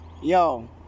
Yo